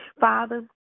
Father